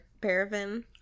paraffin